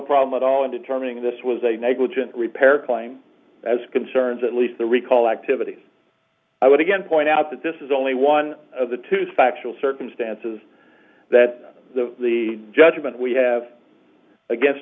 problem at all in determining this was a negligent repair claim as concerns at least the recall activity i would again point out that this is only one of the two factual circumstances that the the judgment we have against